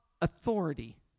authority